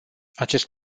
acest